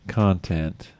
content